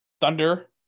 Thunder